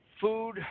food